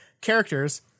Characters